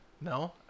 No